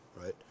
right